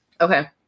Okay